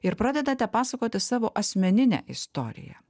ir pradedate pasakoti savo asmeninę istoriją